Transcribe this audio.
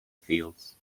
fields